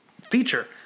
feature